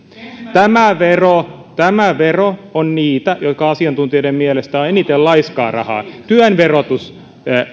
tämä vero tämä vero on niitä jotka asiantuntijoiden mielestä ovat eniten laiskaa rahaa